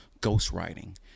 Ghostwriting